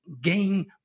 gain